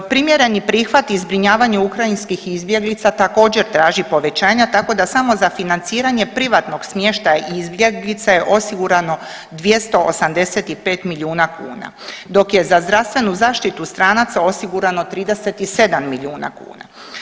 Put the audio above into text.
Primjereni prihvat i zbrinjavanje ukrajinskih izbjeglica također traži povećanja, tako da samo za financiranje privatnog smještaja izbjeglica je osigurano 285 milijuna kuna, dok je za zdravstvenu zaštitu stranaca osigurano 37 milijuna kuna.